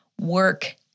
work